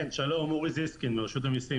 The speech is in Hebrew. אני מרשות המיסים.